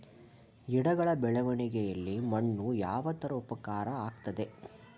ಗಿಡಗಳ ಬೆಳವಣಿಗೆಯಲ್ಲಿ ಮಣ್ಣು ಯಾವ ತರ ಉಪಕಾರ ಆಗ್ತದೆ?